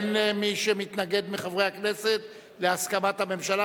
אין מי שמתנגד מחברי הכנסת להסכמת הממשלה,